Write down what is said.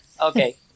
Okay